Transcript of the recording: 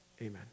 Amen